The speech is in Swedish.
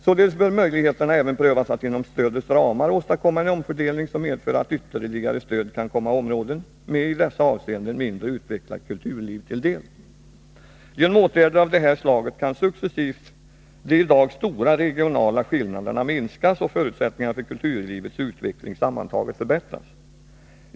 Således bör möjligheterna även prövas att inom stödets ramar åstadkomma en omfördelning som medför att ytterligare stöd kan komma områden med ett i dessa avseenden mindre utvecklat kulturliv till del. Genom åtgärder av detta slag kan successivt de i dag stora regionala skillnaderna minskas och förutsättningarna för kulturlivets utveckling sammantaget förbättras.